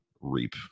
reap